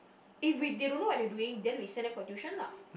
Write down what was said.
if we they don't know what they're doing then we send them for tuition lah